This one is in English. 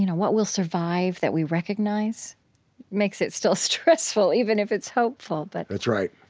you know what will survive that we recognize makes it still stressful even if it's hopeful but that's right.